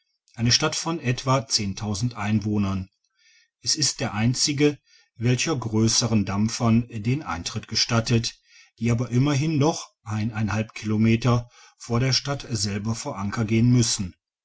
eine stadt von etwa einwohnern es ist der einzige welcher grösseren dampfern den eintritt gestattet die aber immerhin noch kilometer vor der stadt selber vor anker gehen müssen